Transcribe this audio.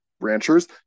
ranchers